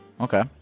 Okay